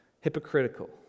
Hypocritical